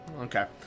Okay